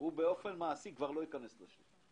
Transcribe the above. הוא באופן מעשי כבר לא ייכנס לשם.